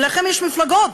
ולכם יש מפלגות,